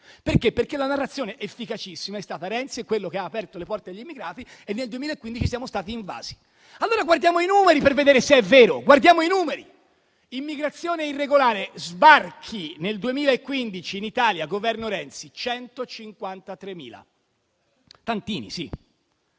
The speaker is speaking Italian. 2015». Perché la narrazione, efficacissima, è stata che Renzi ha aperto le porte agli immigrati e nel 2015 siamo stati invasi. Allora guardiamo i numeri, per vedere se è vero. Immigrazione irregolare, sbarchi nel 2015 in Italia, Governo Renzi: 153.000. Tantini, sì.